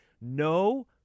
no